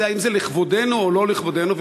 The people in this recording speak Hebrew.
האם זה לכבודנו או לא לכבודנו,